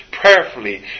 prayerfully